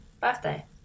birthday